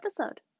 episode